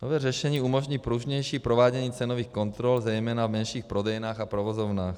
Nové řešení umožní pružnější provádění cenových kontrol zejména v menších prodejnách a provozovnách.